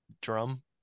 drum